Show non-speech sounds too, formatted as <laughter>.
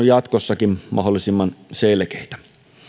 <unintelligible> jatkossakin mahdollisimman selkeitä